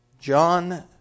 John